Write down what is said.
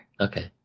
Okay